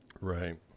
Right